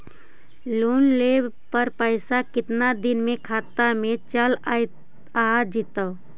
Loan लेब पर पैसा कितना दिन में खाता में चल आ जैताई?